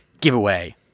giveaway